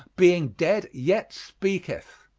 being dead yet speaketh.